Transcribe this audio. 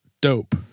dope